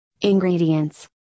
Ingredients